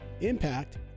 Impact